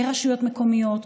ברשויות מקומיות,